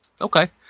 Okay